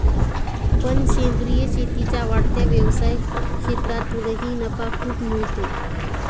पण सेंद्रीय शेतीच्या वाढत्या व्यवसाय क्षेत्रातूनही नफा खूप मिळतो